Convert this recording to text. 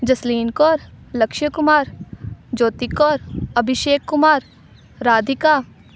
Jasleen Kaur Lakshay Kumar Jyoti Kaur Abhishek Kumar Radhika